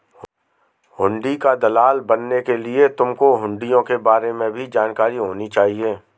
हुंडी का दलाल बनने के लिए तुमको हुँड़ियों के बारे में भी जानकारी होनी चाहिए